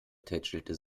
tätschelte